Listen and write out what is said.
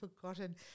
forgotten